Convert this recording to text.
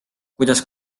kuidas